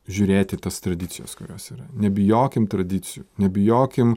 žiūrėt į tas tradicijas kurios yra nebijokim tradicijų nebijokim